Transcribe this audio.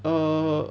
err